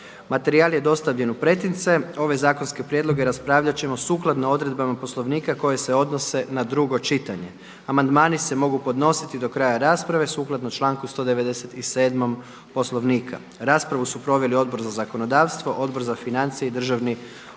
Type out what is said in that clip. Materijal je dostavljen u pretince. Ove zakonske prijedloge raspravljat ćemo sukladno odredbama Poslovnika koje se odnose na drugo čitanje. Amandmane se mogu podnositi do kraja rasprave sukladno članku 197. Poslovnika. Raspravu su proveli Odbor za zakonodavstvo, Odbor za financije i državni proračun,